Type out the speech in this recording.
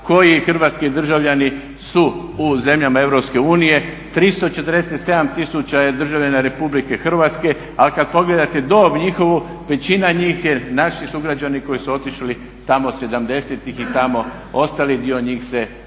koji hrvatski državljani su u zemljama Europske unije. 347 tisuća je državljana Republike Hrvatske. Ali kada pogledate dob njihovu, većina njih je naši sugrađani koji su otišli tamo '70.-tih i tamo, ostali dio njih se vraća